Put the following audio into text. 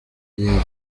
gihe